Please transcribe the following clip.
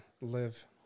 live